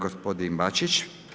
Gospodin Bačić.